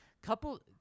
Couple